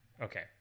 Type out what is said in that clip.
Okay